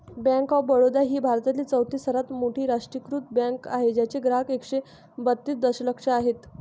bank of Baroda ही भारतातील चौथी सर्वात मोठी राष्ट्रीयीकृत बँक आहे ज्याचे ग्राहक एकशे बत्तीस दशलक्ष आहेत